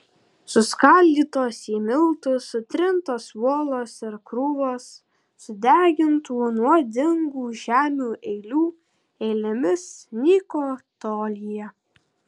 suskaldytos į miltus sutrintos uolos ir krūvos sudegintų nuodingų žemių eilių eilėmis nyko tolyje